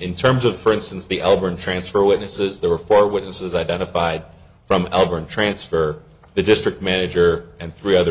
in terms of for instance the albert transfer witnesses there were four witnesses identified from melbourne transfer the district manager and three other